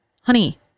honey